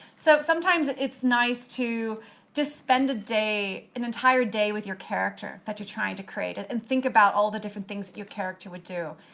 so sometimes it's nice to to spend an entire day with your character that you're trying to create, ah and think about all the different things that your character would do.